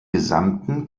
gesamten